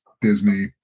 Disney